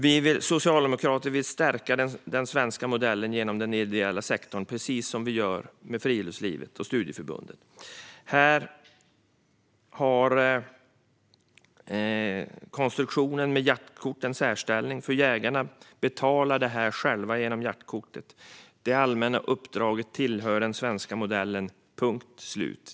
Vi socialdemokrater vil stärka den svenska modellen genom den ideella sektorn, precis som vi gör med friluftslivet och studieförbunden. Här har konstruktionen med jaktkort en särställning. Jägarna betalar ju detta själva genom jaktkortet. Det allmänna uppdraget tillhör den svenska modellen, punkt slut.